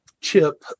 chip